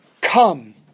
Come